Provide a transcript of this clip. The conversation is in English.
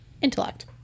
Intellect